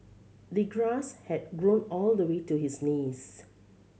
the grass had grown all the way to his knees